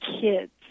kids